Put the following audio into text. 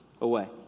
away